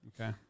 Okay